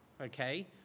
okay